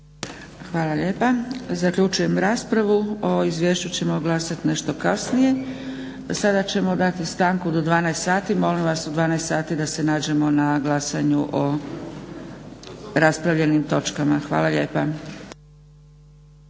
Hvala lijepa. Zaključujem raspravu. O izvješću ćemo glasati nešto kasnije. Sada ćemo dati stanku do 12,00 sati. Molim vas u 12,00 da se nađemo na glasanju o raspravljenim točkama. Hvala lijepa.